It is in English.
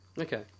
Okay